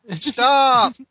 Stop